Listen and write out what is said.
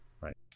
right